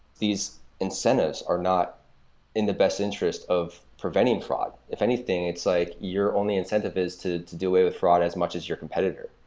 these incentives are not in the best interest of preventing fraud. if anything, it's like your only incentive is to to do away with fraud as much as your competitor.